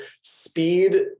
speed